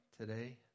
today